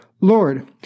Lord